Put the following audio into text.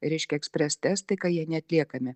reiškia ekspres testai ką jie neatliekami